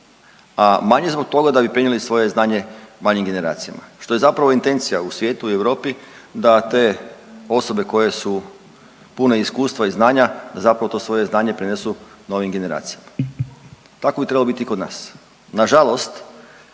a manje zbog toga da bi prenijeli svoje znanje mlađim generacijama što je zapravo intencija u svijetu i Europi da te osobe koje su pune iskustva i znanja zapravo to svoje znanje prenesu novim generacijama. Tako bi trebalo biti i kod nas.